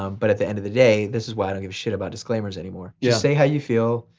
um but at the end of the day, this is why i don't give a shit about disclaimers anymore. yeah say how you feel,